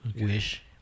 Wish